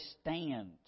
stand